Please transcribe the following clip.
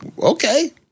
okay